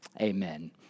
Amen